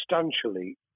substantially